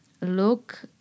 look